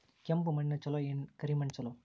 ಕೆಂಪ ಮಣ್ಣ ಛಲೋ ಏನ್ ಕರಿ ಮಣ್ಣ ಛಲೋ?